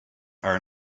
are